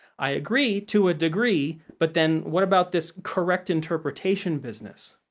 i agree to a degree, but then what about this correct interpretation business?